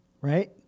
right